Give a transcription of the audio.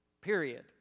period